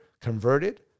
converted